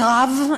קרב,